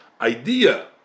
idea